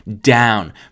down